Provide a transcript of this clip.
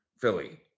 Philly